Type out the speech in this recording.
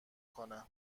کنه